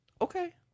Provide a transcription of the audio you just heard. Okay